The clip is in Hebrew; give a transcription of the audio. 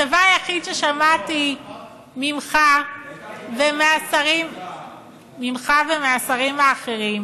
הדבר היחיד ששמעתי ממך ומהשרים האחרים